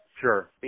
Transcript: sure